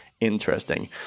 interesting